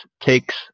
takes